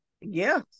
Yes